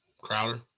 Crowder